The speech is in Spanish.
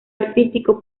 artístico